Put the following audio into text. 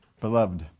beloved